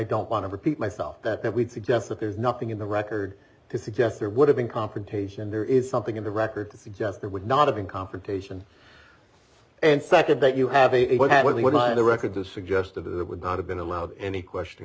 don't want to repeat myself that that would suggest that there's nothing in the record to suggest there would have been confrontation there is something in the record to suggest there would not have been confrontation and second that you have the record to suggest that it would not have been allowed any question